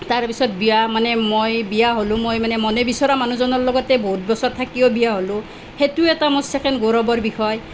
তাৰপিছত বিয়া মানে মই বিয়া হ'লোঁ মই মানে মনে বিচৰাৰ মানুহজনৰ লগতে বহুত বছৰ থাকিও বিয়া হ'লোঁ সেইটোও এটা মোৰ ছেকেণ্ড গৌৰৱৰ বিষয়